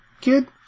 kid